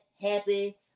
happy